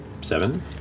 Seven